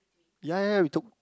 ya ya we took